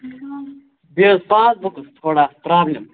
بیٚیہِ حظ پاس بُکَس تھوڑا پرٛابلِم